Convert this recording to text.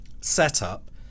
setup